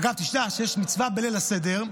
אגב, תשמע, יש מצווה בליל הסדר,